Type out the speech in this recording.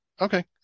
Okay